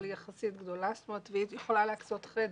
אבל היא יחסית גדולה והיא יכולה להקצות חדר.